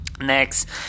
Next